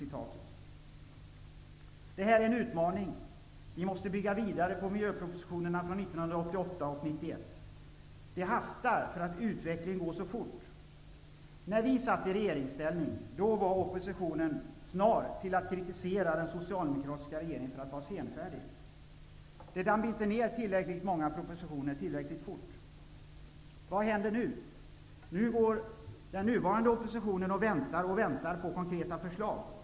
Det här är en utmaning. Vi måste bygga vidare på miljöpropositionerna från 1988 och 1991. Det hastar, eftersom utvecklingen går så fort. När vi satt i regeringsställning var oppositionen snar att kritisera den socialdemokratiska regeringen för att vara senfärdig. Det damp inte ner tillräckligt många propositioner tillräckligt fort. Vad händer nu? Nu går den nuvarande oppositionen och väntar och väntar på konkreta förslag.